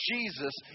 Jesus